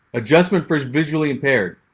adjustment for visually impaired.